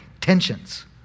tensions